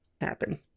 happen